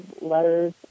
letters